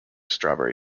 strawberry